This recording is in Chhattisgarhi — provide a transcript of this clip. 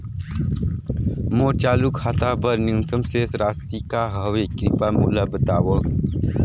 मोर चालू खाता बर न्यूनतम शेष राशि का हवे, कृपया मोला बतावव